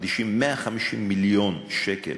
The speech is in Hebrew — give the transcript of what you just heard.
מקדישים 150 מיליון שקל